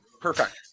perfect